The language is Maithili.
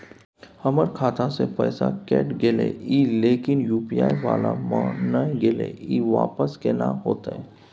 हमर खाता स पैसा कैट गेले इ लेकिन यु.पी.आई वाला म नय गेले इ वापस केना होतै?